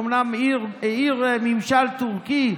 היא אומנם עיר ממשל טורקי,